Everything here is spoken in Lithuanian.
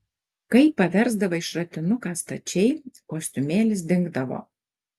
kai paversdavai šratinuką stačiai kostiumėlis dingdavo